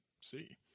see